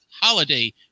holiday